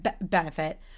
benefit